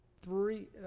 Three